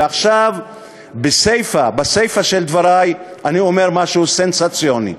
ועכשיו, בסיפה של דברי אני אומר משהו סנסציוני: